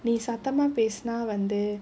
நீ சத்தமா பேசுனா வந்து:nee sathammaa pesunaa vanthu